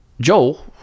Joel